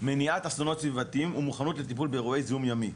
מניעת אסונות סביבתיים ומוכנות לטיפול באירועי זיהום ימי.